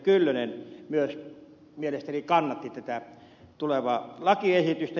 kyllönen myös mielestäni kannatti tätä tulevaa lakiesitystä